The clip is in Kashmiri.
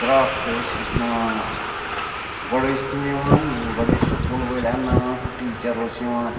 کرٛافٹ ٲسۍ ہیٚچھناوان گۄڈٕ ٲسۍ تِم یِوان گۄڈٕ ٲسۍ سکوٗل وٲلۍ اَنناوان سُہ ٹیٖچَر اوس یِوان